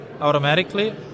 automatically